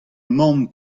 mamm